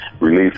release